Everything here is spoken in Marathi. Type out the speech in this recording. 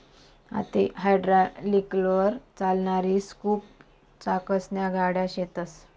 आते हायड्रालिकलवर चालणारी स्कूप चाकसन्या गाड्या शेतस